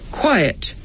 quiet